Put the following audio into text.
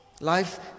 life